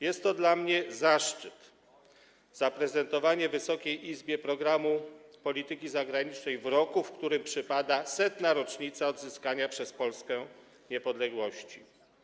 Jest to dla mnie zaszczyt - zaprezentowanie Wysokiej Izbie programu polityki zagranicznej w roku, w którym przypada 100. rocznica odzyskania przez Polskę niepodległości.